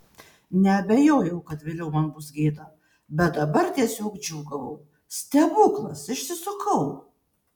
neabejojau kad vėliau man bus gėda bet dabar tiesiog džiūgavau stebuklas išsisukau